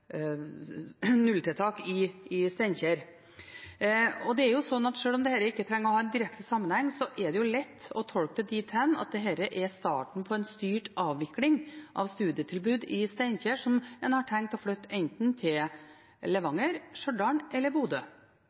direkte sammenheng, er det lett å tolke det dit hen at dette er starten på en styrt avvikling av studietilbud i Steinkjer, som en har tenkt å flytte til enten Levanger, Stjørdal eller Bodø.